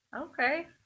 Okay